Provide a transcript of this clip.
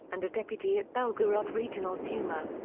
and a deputy at belgorod regional duma.